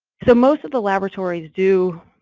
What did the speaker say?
so most of the laboratories do